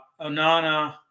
onana